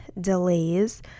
delays